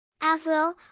Avril